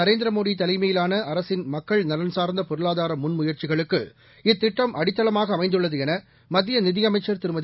நரேந்திர மோடி தலைமையிலான அரசின் மக்கள் நலன் சார்ந்த பொருளாதார முன்முயற்சிகளுக்கு இத்திட்டம் அடித்தளமாக அமைந்துள்ளது என மத்திய நிதியமைச்சர் திருமதி